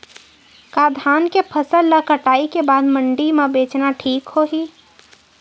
का धान के फसल ल कटाई के बाद मंडी म बेचना ठीक होही?